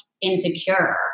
insecure